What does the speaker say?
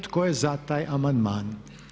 Tko je za taj amandman?